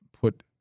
put